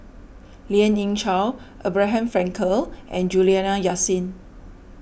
Lien Ying Chow Abraham Frankel and Juliana Yasin